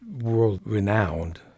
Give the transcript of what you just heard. world-renowned